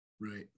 Right